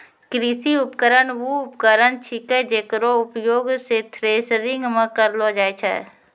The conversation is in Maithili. कृषि उपकरण वू उपकरण छिकै जेकरो उपयोग सें थ्रेसरिंग म करलो जाय छै